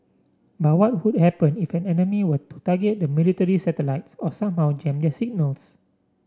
but what would happen if an enemy were to target the military's satellites or somehow jam their signals